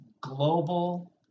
global